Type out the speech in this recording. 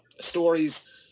stories